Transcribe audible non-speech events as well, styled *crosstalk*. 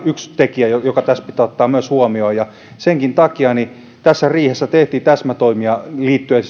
yksi tekijä joka tässä pitää ottaa myös huomioon senkin takia tässä riihessä tehtiin täsmätoimia liittyen *unintelligible*